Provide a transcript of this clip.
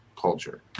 culture